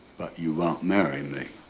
you won't marry me.